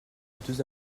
deux